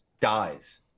dies